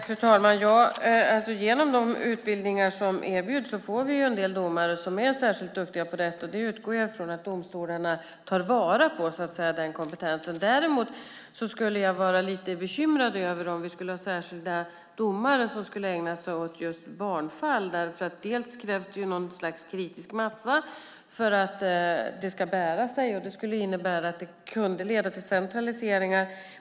Fru talman! Genom de utbildningar som erbjuds får vi en del domare som är särskilt duktiga på detta. Jag utgår från att domstolarna tar vara på denna kompetens. Däremot skulle jag bli lite bekymrad om vi hade särskilda domare i barnfall. Dels krävs det en kritisk massa för att det ska bära sig, vilket skulle kunna leda till centraliseringar.